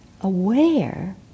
aware